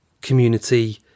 community